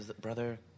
brother